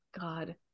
God